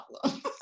problem